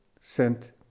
sent